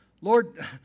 Lord